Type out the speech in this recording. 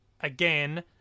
again